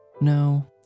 No